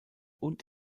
und